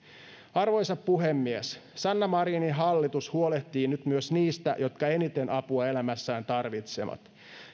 arvoisa puhemies sanna marinin hallitus huolehtii nyt myös niistä jotka eniten apua elämässään tarvitsevat